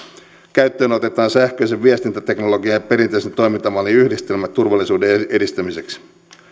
käyttöön otetaan sähköisen viestintäteknologian ja perinteisen toimintamallin yhdistelmä turvallisuuden edistämiseksi